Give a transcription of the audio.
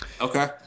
okay